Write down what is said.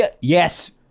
Yes